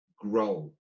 grow